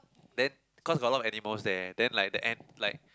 then cause got a lot of animals there then like the end like